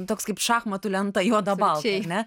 toks kaip šachmatų lenta juoda balta ar ne